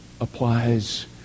applies